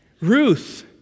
Ruth